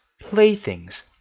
playthings